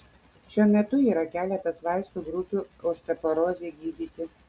šiuo metu yra keletas vaistų grupių osteoporozei gydyti